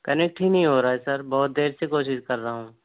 connect ہی نہیں ہو رہا ہے سر بہت دیر سے کوشش کر رہا ہوں